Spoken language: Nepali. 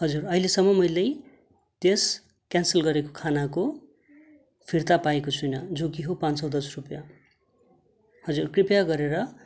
हजुर अहिलेसम्म मैले त्यस क्यान्सल गरेको खानाको फिर्ता पाएको छैन जो कि हो पाँच सौ दस रुपियाँ हजुर कृपया गरेर